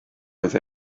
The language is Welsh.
oedd